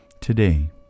Today